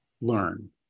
learn